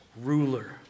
ruler